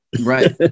right